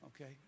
okay